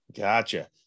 Gotcha